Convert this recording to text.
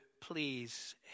please